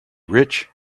rich